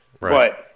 Right